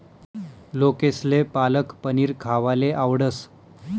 लोकेसले पालक पनीर खावाले आवडस